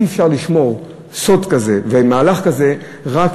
אי-אפשר לשמור סוד כזה ומהלך כזה רק